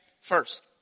First